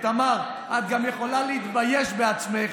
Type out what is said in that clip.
תמר, גם את יכולה להתבייש בעצמך,